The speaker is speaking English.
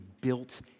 built